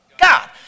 God